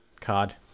card